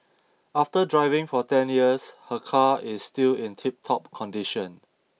after driving for ten years her car is still in tiptop condition